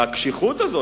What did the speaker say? והקשיחות הזאת,